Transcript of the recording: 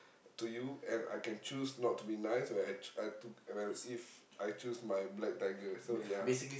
to you and I can choose not to be nice where I t~ I t~ where if I choose my black tiger so ya